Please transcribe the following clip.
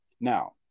Now